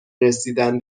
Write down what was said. رسیدن